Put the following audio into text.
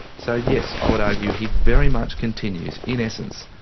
so yes, i would argue he very much continues in essence,